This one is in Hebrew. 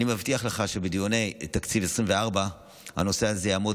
אני מבטיח לך שבדיוני תקציב 2024 הנושא הזה יעמוד